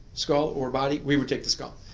skull or body, we would take the skull,